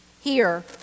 Here